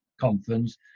conference